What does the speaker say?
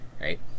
right